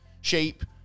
shape